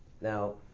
now